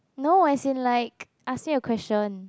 no as in like asking a question